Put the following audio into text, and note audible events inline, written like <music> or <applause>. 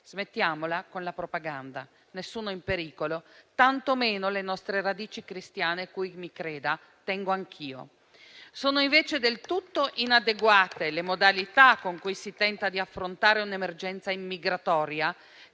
Smettiamola con la propaganda. Nessuno è in pericolo, tantomeno le nostre radici cristiane, a cui - mi creda - tengo anch'io. <applause> Sono invece del tutto inadeguate le modalità con cui si tenta di affrontare un'emergenza immigratoria